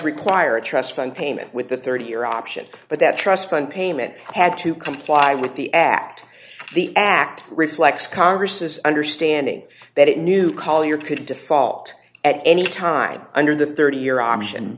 require a trust fund payment with a thirty year option but that trust fund payment had to comply with the act the act reflects congress understanding that it knew collyer could default at any time under the thirty year option